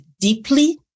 deeply